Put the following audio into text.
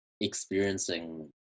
experiencing